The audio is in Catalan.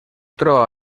troba